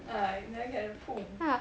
alright then can